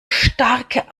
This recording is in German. starke